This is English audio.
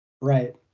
Right